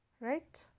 Right